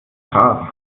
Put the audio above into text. scharf